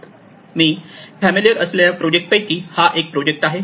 मी familiar असलेल्या project पैकी हा एक प्रोजेक्ट आहे